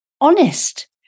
honest